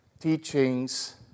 teachings